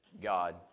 God